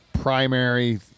primary